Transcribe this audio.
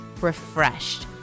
Refreshed